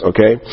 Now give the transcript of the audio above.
Okay